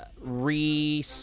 re